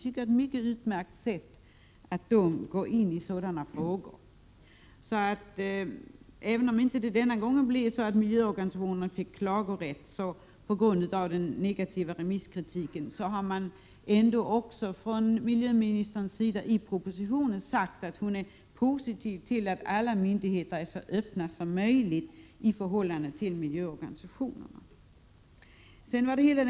Det tycker jag är utmärkt. Även om inte denna gång miljöorganisationerna får klagorätt — och det beror alltså på den negativa remisskritiken — har miljöministern i propositionen sagt att hon är positiv till att alla myndigheter är så öppna som möjligt i förhållande till miljöorganisationerna.